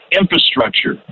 infrastructure